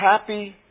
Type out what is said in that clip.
happy